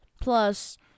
plus